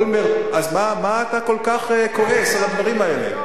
אז מה אתה כל כך כועס על הדברים האלה?